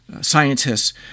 scientists